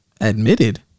Admitted